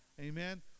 Amen